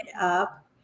up